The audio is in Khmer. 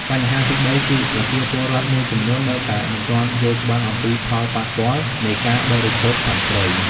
បញ្ហាទីបីគឺ ប្រជាពលរដ្ឋមួយចំនួននៅតែមិនទាន់យល់ច្បាស់អំពីផលប៉ះពាល់ នៃការបរិភោគសត្វព្រៃ។